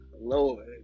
lord